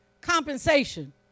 compensation